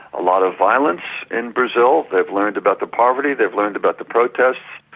a lot of violence in brazil, they've learned about the poverty, they've learned about the protests,